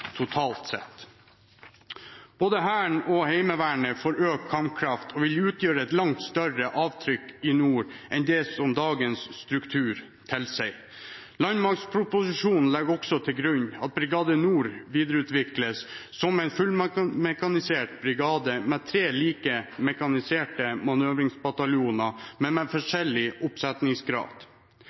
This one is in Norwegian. totalt sett. Både Hæren og Heimevernet får økt kampkraft og vil utgjøre et langt større avtrykk i nord enn det dagens struktur tilsier. Landmaktproposisjonen legger også til grunn at Brigade Nord videreutvikles som en fullmekanisert brigade med tre like og mekaniserte manøverbataljoner, men med forskjellig